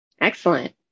Excellent